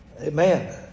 Amen